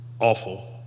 awful